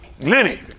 Lenny